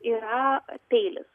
yra peilis